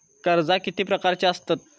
कर्जा किती प्रकारची आसतत